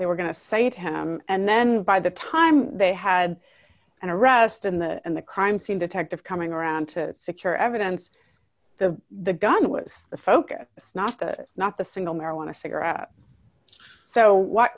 they were going to say to him and then by the time they had and arrest in the in the crime scene detective coming around to secure evidence the the gun was the focus it's not that not the single marijuana cigarette so why